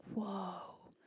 whoa